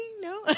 No